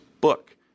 book